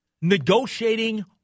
negotiating